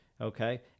Okay